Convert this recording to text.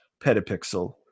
Petapixel